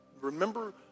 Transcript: remember